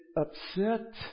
upset